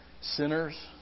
sinners